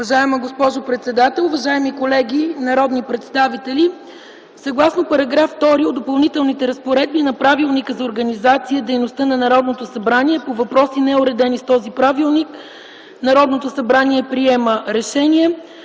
Уважаема госпожо председател, уважаеми колеги народни представители! Съгласно § 2 от Допълнителните разпоредби на Правилника за организацията и дейността на Народното събрание по въпроси, неуредени в този правилник, Народното събрание приема решение.